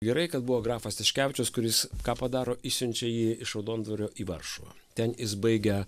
gerai kad buvo grafas tiškevičius kuris ką padaro išsiunčia jį iš raudondvario į varšuvą ten jis baigė